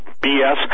BS